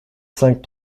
cinq